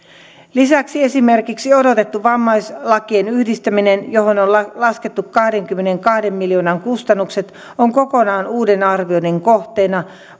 lisäksi esimerkiksi odotettu vammaislakien yhdistäminen johon on laskettu kahdenkymmenenkahden miljoonan kustannukset on kokonaan uuden arvioinnin kohteena